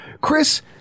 Chris